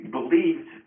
believed